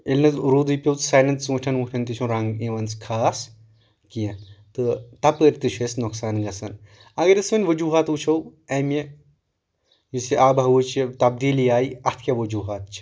ییٚلہِ نہٕ روٗدٕے پٮ۪و سانٮ۪ن ژوٗنٹھٮ۪ن ووٗنٛٹھٮ۪ن تہِ چھُنہٕ رنٛگ یِوان خاص کینٛہہ تہٕ تپٲرۍ تہِ چھُ اسہِ نۄقصان گژھان اگر أسۍ وۄنۍ وجوٗہات وٕچھو امہِ یُس یہِ آبہٕ ہوہٕچ یہِ تبدیٖلی آیہِ اتھ کیٛاہ وجوٗہات چھِ